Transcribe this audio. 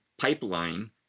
pipeline